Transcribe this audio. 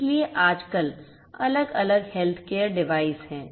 इसलिए आजकल अलग अलग हेल्थकेयर डिवाइस हैं